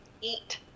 eat